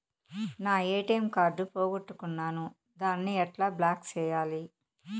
నా ATM card పోగొట్టుకున్నాను, దాన్ని ఎట్లా బ్లాక్ సేయాలి?